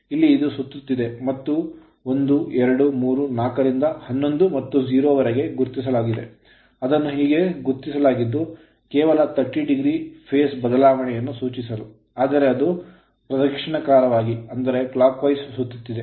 ಇಲ್ಲಿ ಇದು ಸುತ್ತುತ್ತಿದೆ ಮತ್ತು 1 2 3 4 ರಿಂದ 11 ಮತ್ತು 0 ವರೆಗೆ ಗುರುತಿಸಲಾಗಿದೆ ಅದನ್ನು ಹೀಗೆ ಗುರುತಿಸಲಾಗಿದ್ದು ಕೇವಲ 30o phase ಫೇಸ್ ಬದಲಾವಣೆಯನ್ನು ಸೂಚಿಸಲು ಆದರೆ ಅದು ಪ್ರದಕ್ಷಿಣಾಕಾರವಾಗಿ ಸುತ್ತುತ್ತಿದೆ